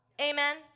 amen